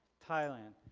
thailand.